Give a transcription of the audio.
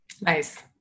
Nice